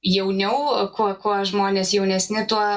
jauniau kuo kuo žmonės jaunesni tuo